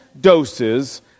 doses